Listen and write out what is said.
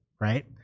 right